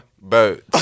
boat